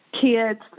kids